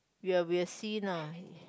you will see nah